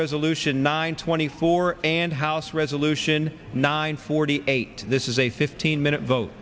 resolution nine twenty four and house resolution nine forty eight this is a fifteen minute vote